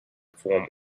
form